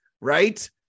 right